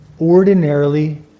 ordinarily